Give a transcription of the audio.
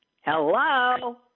Hello